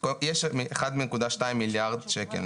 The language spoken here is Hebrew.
יש אחד נקודה שניים מיליארד שקל,